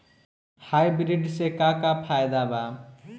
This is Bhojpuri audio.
हाइब्रिड से का का फायदा बा?